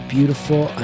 Beautiful